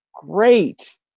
great